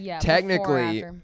Technically